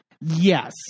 Yes